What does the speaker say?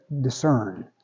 discern